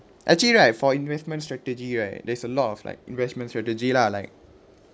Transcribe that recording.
actually right for investment strategy right there's a lot of like investment strategy lah like